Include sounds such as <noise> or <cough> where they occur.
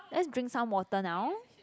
let's drink some water now <noise>